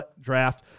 draft